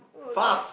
no that one